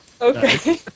Okay